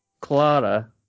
Clara